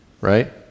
right